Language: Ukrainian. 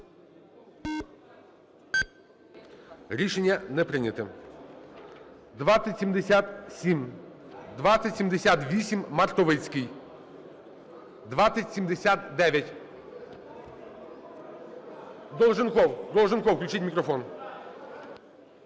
Рішення не прийнято. 2077. 2078, Мартовицький. 2079, Долженков. Долженков, включіть мікрофон.